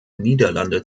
niederlande